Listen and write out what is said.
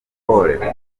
pole